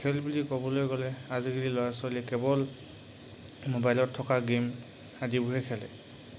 খেল বুলি ক'বলৈ গ'লে আজিকালি ল'ৰা ছোৱালীয়ে কেৱল মোবাইলত থকা গেম আদিবোৰহে খেলে